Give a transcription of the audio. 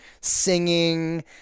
singing